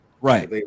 Right